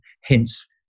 hence